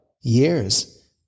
years